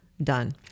done